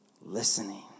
listening